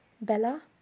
Bella